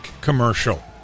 commercial